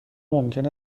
ممکن